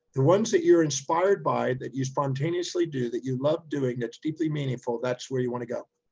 the ones that you're inspired by that you spontaneously do that you love doing that's deeply meaningful, that's where you want to go.